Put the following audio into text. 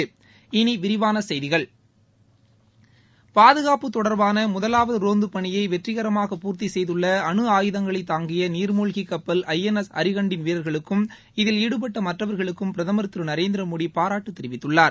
இனி விரிவான செய்திகள் பாதுகாப்பு தொடர்பான முதலாவது ரோந்து பணியை வெற்றிகரமாக பூர்த்தி செய்துள்ள அணு ஆயுதங்களைத் தாங்கிய நீர்மூழ்கிக் கப்பல் ஐ என் எஸ் அரிஹண்ட் வீரர்களுக்கும் இதில் ஈடுபட்ட மற்றவர்களுக்கும் பிரதமர் திரு நரேந்திரமோடி பாராட்டு தெரிவித்துள்ளார்